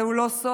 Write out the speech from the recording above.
זהו לא סוד,